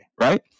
Right